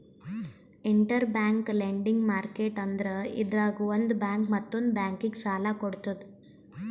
interbank lending market ಅಂದ್ರ ಇದ್ರಾಗ್ ಒಂದ್ ಬ್ಯಾಂಕ್ ಮತ್ತೊಂದ್ ಬ್ಯಾಂಕಿಗ್ ಸಾಲ ಕೊಡ್ತದ್